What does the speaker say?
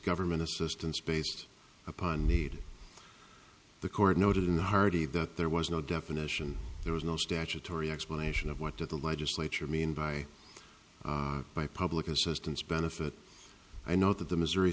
government assistance based upon need the court noted in the hardy that there was no definition there was no statutory explanation of what to the legislature mean by by public assistance benefit i note that the mis